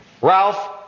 Ralph